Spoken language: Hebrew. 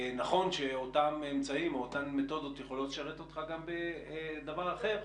נכון שאותם אמצעים או אותן מתודות יכולות לשרת אותך גם בדבר אחר,